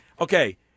okay